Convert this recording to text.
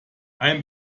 ein